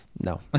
No